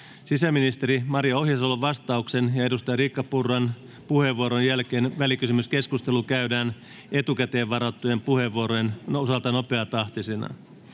Sisäministeri Maria Ohisalon vastauksen ja edustaja Riikka Purran puheenvuoron jälkeen välikysymyskeskustelu käydään etukäteen varattujen puheenvuorojen osalta nopeatahtisena.